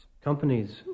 Companies